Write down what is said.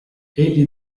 egli